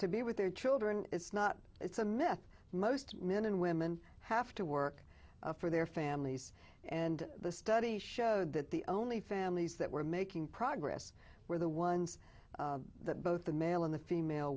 to be with their children it's not it's a myth most men and women have to work for their families and the study showed that the only families that were making progress were the ones that both the male and the female